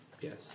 yes